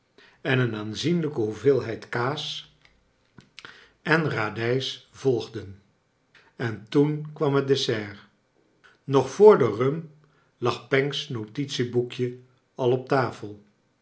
en een aanzienlijke hoeveelheid kaas en radijs volgde ea toen kwarn het dessert no voor de rum lag pancks notitieboekje al op tafel